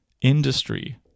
industry